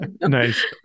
Nice